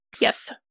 Yes